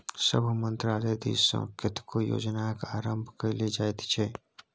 सभ मन्त्रालय दिससँ कतेको योजनाक आरम्भ कएल जाइत छै